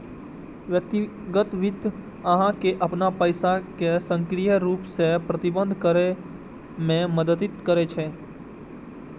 व्यक्तिगत वित्त अहां के अपन पैसा कें सक्रिय रूप सं प्रबंधित करै मे मदति करै छै